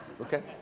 Okay